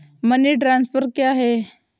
Money transfer क्या है?